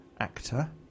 actor